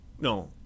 No